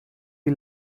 die